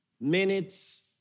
minutes